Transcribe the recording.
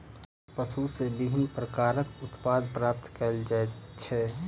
पशु सॅ विभिन्न प्रकारक उत्पाद प्राप्त कयल जाइत छै